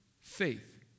faith